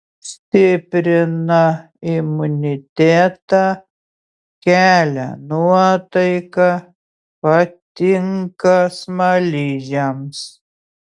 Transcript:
stiprina imunitetą kelia nuotaiką patinka smaližiams